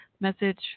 message